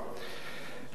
ואדוני היושב-ראש,